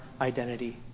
identity